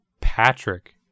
Patrick